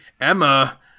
Emma